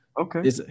okay